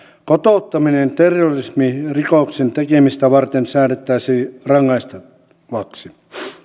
kouluttautuminen terrorismirikoksen tekemistä varten säädettäisiin rangaistavaksi